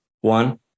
one